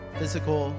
physical